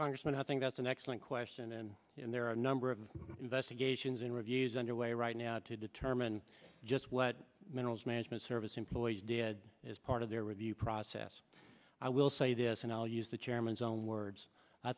congressman i think that's an excellent question and there are a number of investigations in reviews underway right now to determine just what minerals management service employees did as part of their review process i will say this and i'll use the chairman's own words i